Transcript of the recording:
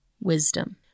wisdom